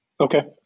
Okay